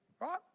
right